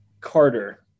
Carter